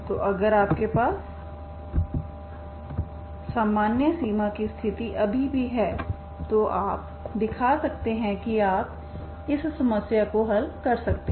तो अगर आपके पास सामान्य सीमा की स्थिति अभी भी है तो आप दिखा सकते हैं कि आप इस समस्या को हल कर सकते हैं